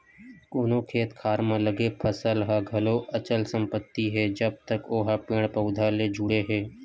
कोनो खेत खार म लगे फसल ह घलो अचल संपत्ति हे जब तक ओहा पेड़ पउधा ले जुड़े हे